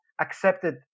accepted